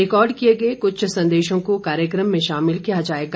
record किए गए कुछ संदेशों को कार्यक्रम में शामिल किया जाएगा